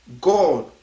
God